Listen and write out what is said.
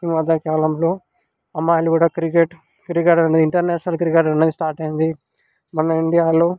ఈ మధ్యకాలంలో అమ్మాయిలు కూడా క్రికెట్ క్రికెట్ అంటే ఇంటర్నేషనల్ క్రికెట్ అనేది స్టార్ట్ అయ్యింది మన ఇండియాలో